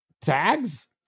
tags